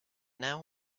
now